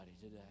today